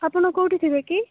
ଆପଣ କେଉଁଠି ଥିବେ କି